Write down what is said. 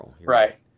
Right